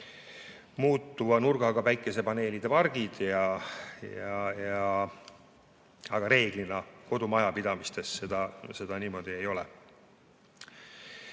muutuva nurgaga päikesepaneelide pargid, aga reeglina kodumajapidamistes see niimoodi ei ole.